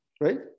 right